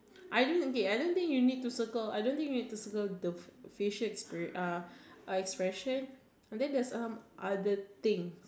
I don't think I don't think you need to circle I don't think you need to circle the facial expres~ uh expression then there is other thing